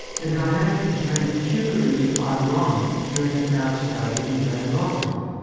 the dynamic became peculiarly ironic during our stay in vladivostok.